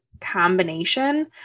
combination